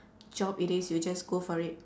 job it is you just go for it